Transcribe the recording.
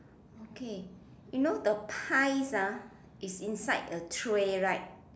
okay you know the pis ah is inside a tray right